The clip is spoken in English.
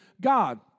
God